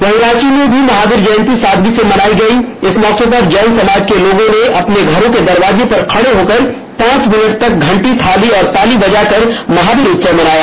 इधर रांची में भी महावीर जयंति सादगी से मनाई गई इस मौके पर जैन समाज के लोगों ने अपने घरों के दरवाजे पर खड़े होकर पांच मीनट तक घंटी थाली और ताली बजाकर महावीर उत्सव मनाया